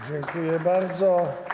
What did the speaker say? Dziękuję bardzo.